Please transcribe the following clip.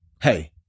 hey